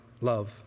love